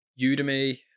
Udemy